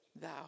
thou